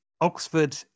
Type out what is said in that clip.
Oxford